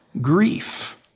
grief